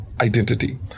identity